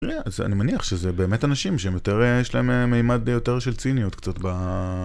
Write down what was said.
אני מניח שזה באמת אנשים שהם יותר, שיש להם מימד יותר של ציניות קצת בה...